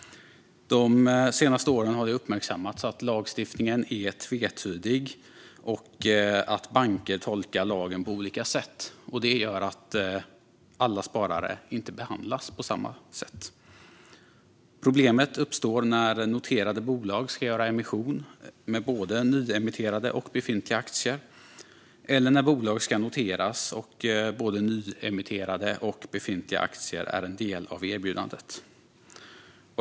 De senaste åren har det uppmärksammats att lagstiftningen är tvetydig och att banker tolkar lagen på olika sätt. Det gör att alla sparare inte behandlas på samma sätt. Problemet uppstår när noterade bolag ska göra emission med både nyemitterade och befintliga aktier, eller när bolag ska noteras och både nyemitterade och befintliga aktier är en del av erbjudandet.